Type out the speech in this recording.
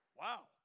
Wow